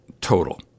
total